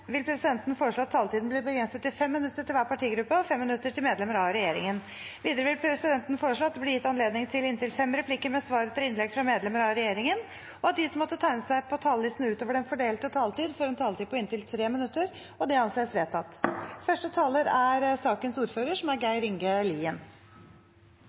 vil presidenten foreslå at taletiden blir begrenset til 5 minutter til hver partigruppe og 5 minutter til medlemmer av regjeringen. Videre vil presidenten foreslå at det blir gitt anledning til inntil seks replikker med svar etter innlegg fra medlemmer av regjeringen, og at de som måtte tegne seg på talerlisten utover den fordelte taletid, får en taletid på inntil 3 minutter. – Det anses vedtatt.